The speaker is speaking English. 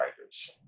writers